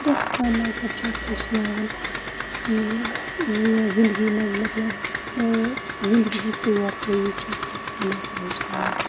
پرٛٮ۪تھ کانہہ مَزہب چھُ اَسہِ ہیٚچھناوان مطلب زِندگی منٛز مطلب زِندگی ہِندۍ طور طریٖقہٕ چھُ اَسہِ پرٮ۪تھ کانہہ مَزہب ہیٚچھناوان